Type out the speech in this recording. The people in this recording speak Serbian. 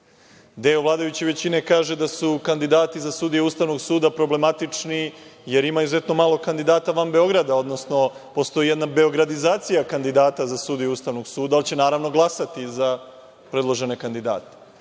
Deo vladajuće većine kaže da su kandidati za sudije Ustavnog suda problematični, jer imaju izuzetno malo kandidata van Beograda, odnosno postoji jedna „beogradizacija“ kandidata za sudije Ustavnog suda, ali će naravno glasati za predložene kandidate.